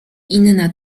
inna